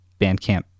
Bandcamp